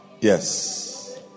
Yes